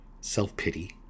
Self-pity